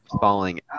falling